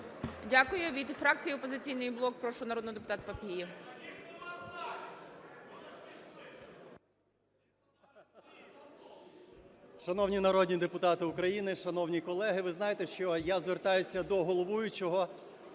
Дякую. Від фракції "Опозиційний блок", прошу, народний депутат Папієв.